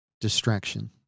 Distraction